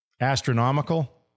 astronomical